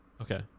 Okay